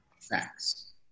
Facts